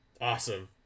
awesome